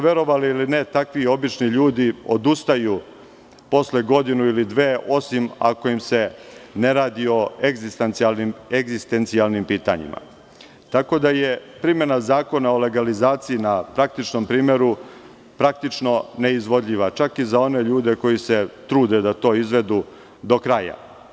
Verovali ili ne, takvi obični ljudi odustaju posle godinu ili dve, osim ako im se ne radi o egzistencijalnim pitanjima, tako da je primena Zakona o legalizaciji na praktičnom primeru praktično neizvodljiva, čak i za one ljude koji se trude da to izvedu do kraja.